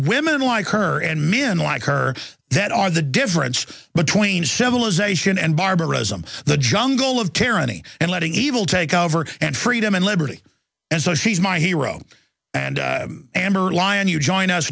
women like her and men like her that are the difference between civilization and barbarism the jungle of tyranny and letting evil take over and freedom and liberty and so she's my hero and amber lyon you join us